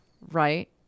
right